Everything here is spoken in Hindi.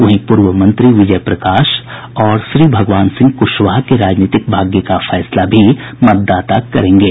वहीं पूर्व मंत्री विजय प्रकाश और श्रीभगवान सिंह कुशवाहा के राजनीतिक भाग्य का फैसला भी मतदाता करेंगे